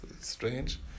strange